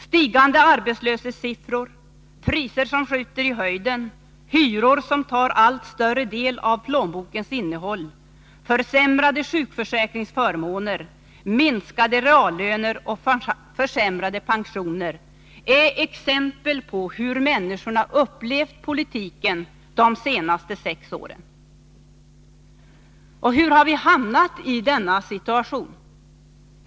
Stigande arbetslöshetssiffror, priser som skjuter i höjden, hyror som tar allt större del av plånbokens innehåll, försämrade sjukförsäkringsförmåner, minskade reallöner och försämrade pensioner är exempel på hur människorna fått uppleva politiken de senaste sex åren. Hur har vi hamnat i denna situation?